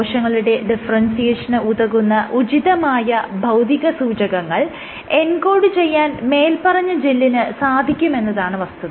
കോശങ്ങളുടെ ഡിഫറെൻസിയേഷന് ഉതകുന്ന ഉചിതമായ ഭൌതിക സൂചകങ്ങൾ എൻകോഡ് ചെയ്യാൻ മേല്പറഞ്ഞ ജെല്ലിന് സാധിക്കുമെന്നതാണ് വസ്തുത